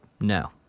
No